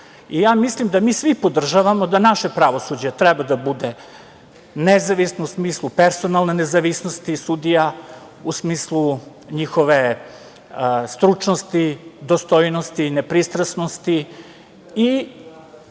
Mislim da mi svi podržavamo da naše pravosuđe treba da bude nezavisno u smislu personalne nezavisnosti sudija, u smislu njihove stručnosti, dostojnosti, ne pristrasnosti